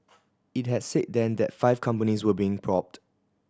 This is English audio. it had said then that five companies were being probed